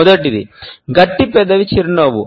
మొదటిది గట్టి పెదవి చిరునవ్వు